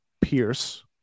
Pierce